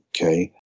okay